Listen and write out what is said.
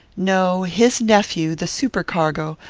no his nephew, the supercargo,